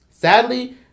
Sadly